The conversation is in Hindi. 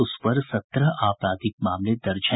उस पर सत्रह आपराधिक मामले दर्ज हैं